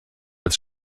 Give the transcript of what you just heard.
als